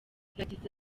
yagize